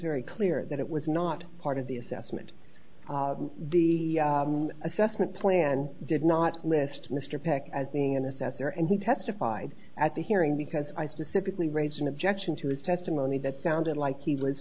very clear that it was not part of the assessment the assessment plan did not list mr peck as being an assessor and he testified at the hearing because i specifically raised an objection to his testimony that sounded like he was